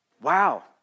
Wow